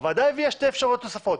הוועדה הביאה שתי אפשרויות נוספות.